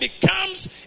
becomes